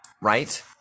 right